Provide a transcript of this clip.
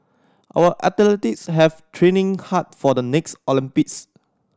our have training hard for the next Olympics